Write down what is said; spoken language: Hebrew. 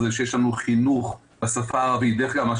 זה שיש לנו חינוך בשפה הערבית דרך אגב,